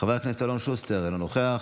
חבר הכנסת אלון שוסטר, אינו נוכח,